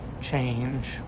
change